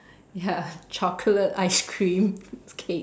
ya chocolate ice cream cake